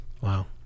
Wow